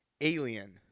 alien